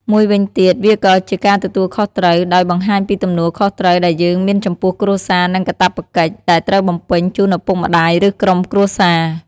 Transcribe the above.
មួយវិញទៀតវាក៏ជាការទទួលខុសត្រូវ ដោយបង្ហាញពីទំនួលខុសត្រូវដែលយើងមានចំពោះគ្រួសារនិងការព្វកិច្ចដែលត្រូវបំពេញជូនឳពុកម្តាយឬក្រុមគ្រួសារ។